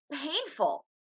painful